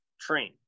train